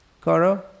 koro